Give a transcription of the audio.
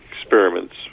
experiments